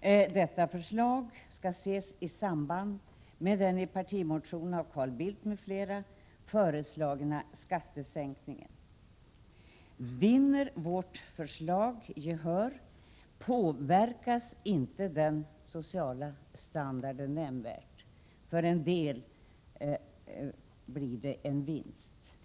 moderata reservationer, som jag tänker kommentera. I reservation 1 återkommer vi med vårt förslag om en sänkning av kompensationsnivån inom föräldraförsäkringen till 80 26. Detta förslag skall ses i samband med den i partimotion av Carl Bildt m.fl. föreslagna skattesänkningen. Vinner vårt förslag gehör, påverkas inte den sociala standarden nämnvärt. För en del blir det en vinst.